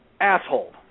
asshole